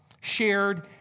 shared